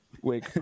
wake